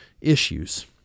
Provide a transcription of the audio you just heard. issues